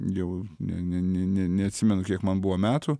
jau ne ne ne ne neatsimenu kiek man buvo metų